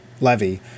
levy